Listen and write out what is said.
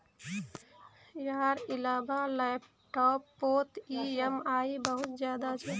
यार इलाबा लैपटॉप पोत ई ऍम आई बहुत ज्यादा छे